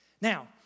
Now